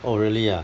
oh really ah